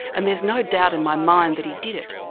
and there's no doubt in my mind that he did it.